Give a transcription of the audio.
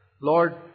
Lord